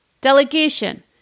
delegation